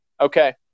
okay